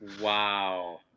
Wow